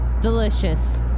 delicious